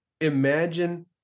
imagine